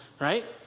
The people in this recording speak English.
right